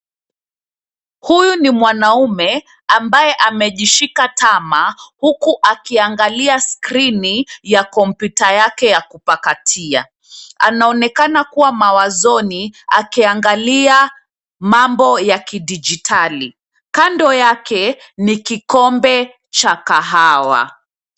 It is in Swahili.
Huyu ni mwanaume, ambaye amejishika tama, huku akiangalia skrini ya kompyuta yake ya kupakatia. Anaonekana kuwa mawazoni, akiangalia mambo ya kidijitali. Kando yake, ni kikombe cha kahawa.